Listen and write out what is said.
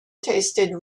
tasted